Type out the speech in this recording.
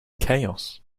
chaos